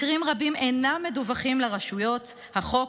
מקרים רבים אינם מדווחים לרשויות החוק,